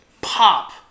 pop